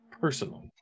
personal